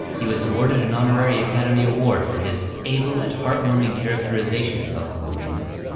he was awarded an honorary academy award, for his able and heart-warming characterization of uncle remus,